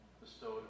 bestowed